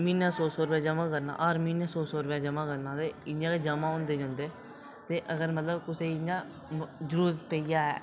म्हीनै दा सौ सौ रपेआ जमां करना हर म्हीनै सौ सौ रपेआ जमां करना ते इं'या गै जमां होंदे जंदे ते अगर मतलब कुसै गी इं'या मतलब जरूरत पेई जा